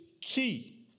key